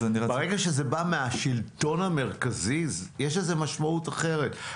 ברגע שזה בא מהשלטון המרכזי יש לזה משמעות אחרת,